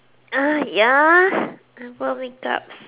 uh ya I put on make-ups